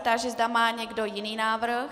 Táži se, zda má někdo jiný návrh.